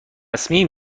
صمیم